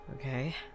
Okay